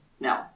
No